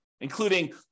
including